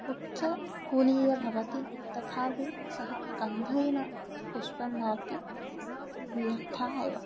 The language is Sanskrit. उच्चकुलीय भवति तथापि सः गन्धहीन पुष्पं भाति व्यर्थाः एव